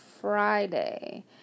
Friday